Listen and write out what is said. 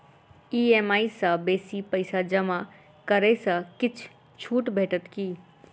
EMI सँ बेसी पैसा जमा करै सँ किछ छुट भेटत की?